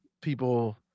people